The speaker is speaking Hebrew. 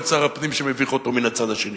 או את שר הפנים שמביך אותו מן הצד השני.